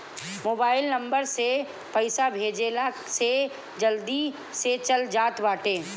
mobile number से पईसा भेजला से जल्दी से चल जात बाटे